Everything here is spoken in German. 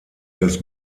des